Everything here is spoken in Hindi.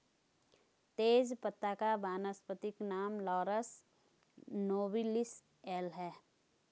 तेजपत्ता का वानस्पतिक नाम लॉरस नोबिलिस एल है